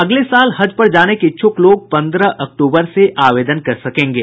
अगले साल हज पर जाने के इच्छुक लोग पन्द्रह अक्टूबर से आवेदन कर सकेंगे